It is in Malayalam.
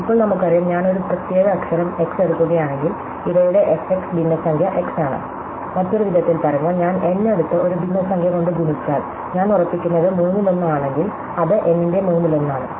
ഇപ്പോൾ നമുക്കറിയാം ഞാൻ ഒരു പ്രത്യേക അക്ഷരം x എടുക്കുകയാണെങ്കിൽ ഇവയുടെ fx ഭിന്നസംഖ്യ x ആണ് മറ്റൊരു വിധത്തിൽ പറഞ്ഞാൽ ഞാൻ n എടുത്ത് ഒരു ഭിന്നസംഖ്യ കൊണ്ട് ഗുണിച്ചാൽ ഞാൻ ഉറപ്പിക്കുന്നത് മൂന്നിലൊന്ന് ആണെങ്കിൽ അത് n ന്റെ മൂന്നിലൊന്ന് ആണ്